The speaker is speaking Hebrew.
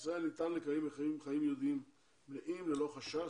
בישראל ניתן לקיים חיים יהודיים מלאים ללא חשש.